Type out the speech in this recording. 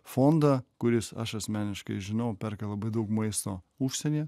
fondą kuris aš asmeniškai žinau perka labai daug maisto užsienyje